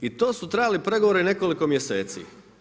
I to su trajali pregovori nekoliko mjeseci.